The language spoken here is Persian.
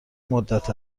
مدت